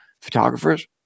photographers